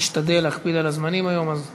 נשתדל להקפיד על הזמנים היום, אז,